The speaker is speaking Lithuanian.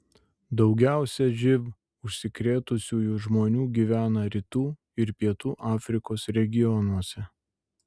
daugiausiai živ užsikrėtusiųjų žmonių gyvena rytų ir pietų afrikos regionuose